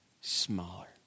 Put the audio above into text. smaller